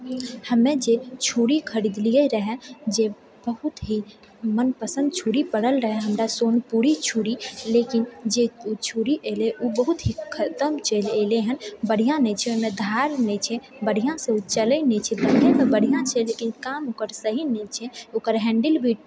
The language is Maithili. हमे जे छुरी खरीदलियै रहए जे बहुत ही मनपसन्द छुरी पड़ल रहए हमरा सोनपुरी छुरी लेकिन जे कि छुरी अएलै ओ बहुत ही खतम चलि एलै हन बढ़िआँ नहि छै ओहिमे धार नहि छै बढ़िआँसँ ओ चलै नहि छै देखयमे बढ़िआँ छै लेकिन ओकर काम सही नहि छै ओकर हेण्डिल भी